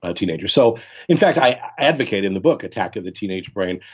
ah teenagers. so in fact, i advocated in the book, attack of the teenage brain,